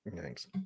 Thanks